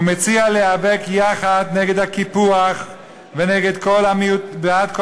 הוא מציע להיאבק יחד נגד הקיפוח ובעד כל